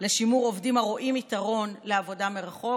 לשימור עובדים הרואים יתרון בעבודה מרחוק,